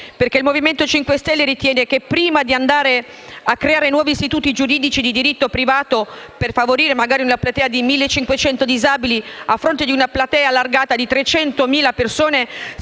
perché il Movimento 5 Stelle ritiene che, prima di andare a creare nuovi istituti giuridici di diritto privato, per favorire magari una platea di 1.500 disabili, a fronte di una platea allargata di 300.000 persone,